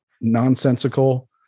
nonsensical